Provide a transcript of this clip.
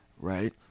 Right